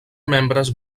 membres